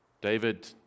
David